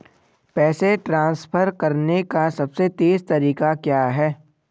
पैसे ट्रांसफर करने का सबसे तेज़ तरीका क्या है?